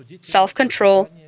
self-control